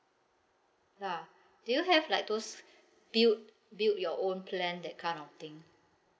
ya do you have like those build build your own plan that kind of thing